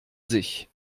sich